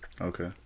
Okay